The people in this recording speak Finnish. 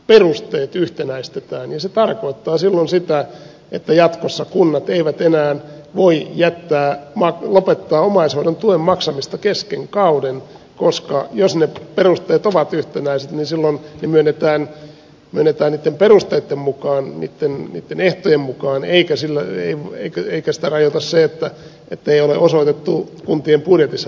se tarkoittaa silloin sitä että jatkossa kunnat eivät enää voi lopettaa omaishoidon tuen maksamista kesken kauden koska jos ne perusteet ovat yhtenäiset niin silloin ne myönnetään niitten perusteitten mukaan niitten ehtojen mukaan eikä sitä rajoita se ettei ole osoitettu kuntien budjetissa riittävästi rahaa siihen